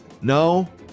No